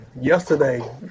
yesterday